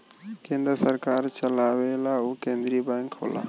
केन्द्र सरकार चलावेला उ केन्द्रिय बैंक होला